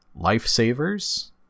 Lifesavers